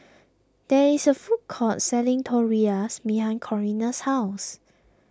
there is a food court selling Tortillas behind Corrina's house